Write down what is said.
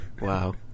Wow